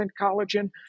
collagen